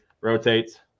rotates